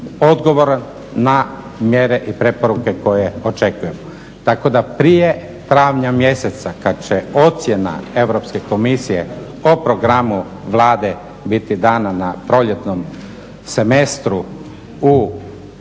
na mjere i preporuke koje očekujemo tako da prije travnja mjeseca kad će ocjena Europske komisije o programu Vlade biti dana na proljetnom semestru u